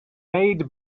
made